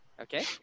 Okay